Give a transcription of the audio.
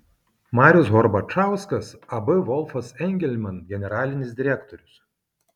marius horbačauskas ab volfas engelman generalinis direktorius